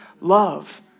love